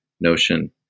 Notion